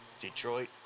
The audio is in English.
Detroit